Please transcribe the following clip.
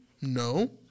No